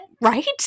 Right